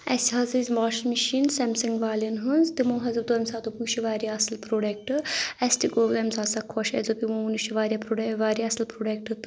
اَسہِ حظ ٲسۍ واشِنٛگ مِشیٖن سیمسِنٛگ والؠن ہٕنٛز تِمو حظ دوٚپ تَمہِ ساتہٕ دوٚپُکھ یہِ چھُ واریاہ اَصٕل پروڈَکٹہٕ اَسہِ تہِ گوٚو تَمہِ ساتہٕ سۄ خۄش اَسہِ دوٚپ یِمو وُن یہِ چھُ واریاہ پروڈَکٹہٕ واریاہ اَصٕل پروڈَکٹہٕ